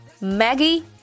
Maggie